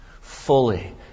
fully